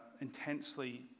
intensely